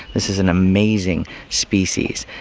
this is an amazing species!